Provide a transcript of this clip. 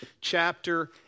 chapter